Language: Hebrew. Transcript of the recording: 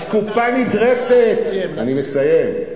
אסקופה נדרסת, אני מסיים,